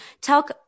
talk